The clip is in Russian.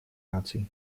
наций